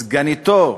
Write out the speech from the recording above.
סגניתו,